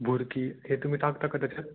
भुरकी हे तुम्ही टाकता का त्याच्यात